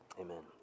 Amen